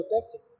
protected